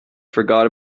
forgot